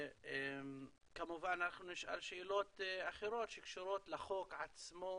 כמובן אנחנו נשאל שאלות אחרות שקשורות לחוק עצמו,